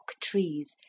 trees